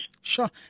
Sure